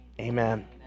Amen